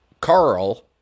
Carl